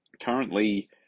Currently